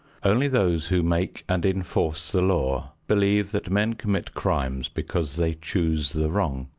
only those who make and enforce the law believe that men commit crimes because they choose the wrong.